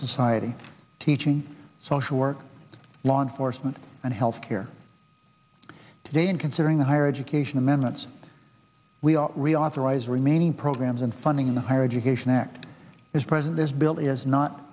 society teaching social work law enforcement and health care today in considering the higher education amendments we are reauthorize remaining programs and funding the higher education act is present this bill is not